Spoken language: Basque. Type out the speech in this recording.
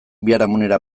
biharamunera